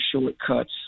shortcuts